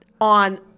on